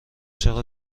چقدر